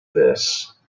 this